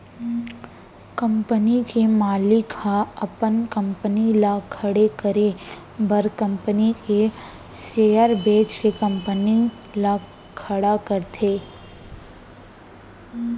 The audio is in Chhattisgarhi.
कंपनी के मालिक ह अपन कंपनी ल खड़े करे बर कंपनी के सेयर बेंच के कंपनी ल खड़ा करथे